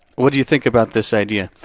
what do you think about this idea?